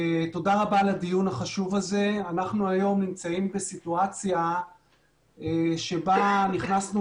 אנחנו נמצאים היום בסיטואציה בה נכנסנו